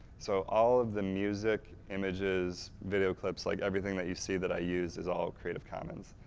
so, all of the music, images, video clips, like everything that you see that i use is all creative commons.